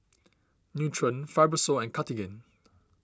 Nutren Fibrosol and Cartigain